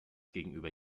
gegenüber